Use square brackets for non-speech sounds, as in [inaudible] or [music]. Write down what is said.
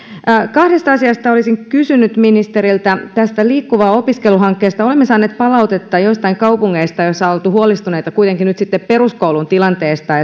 kahdesta asiasta olisin kysynyt ministeriltä tästä liikkuva opiskelu hankkeesta olemme saaneet palautetta joistain kaupungeista joissa on oltu huolestuneita kuitenkin nyt peruskoulun tilanteesta [unintelligible]